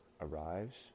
arrives